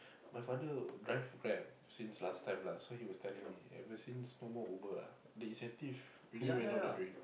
my father drive Grab since last time lah so he was telling me ever since no more Uber ah the incentive really went down the drain